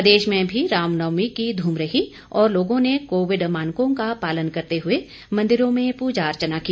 प्रदेश में भी रामनवमी की धूम रही और लोगों ने कोविड मानकों का पालन करते हुए मंदिरों में पूजा अर्चना की